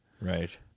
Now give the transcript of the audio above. right